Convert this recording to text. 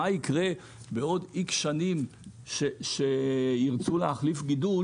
מה יקרה בעוד X שנים כשירצו להחליף גידול.